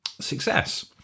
success